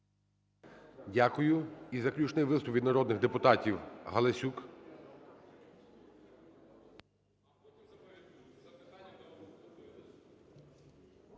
Дякую. І заключний виступ від народних депутатів, Галасюк.